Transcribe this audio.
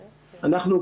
אנחנו,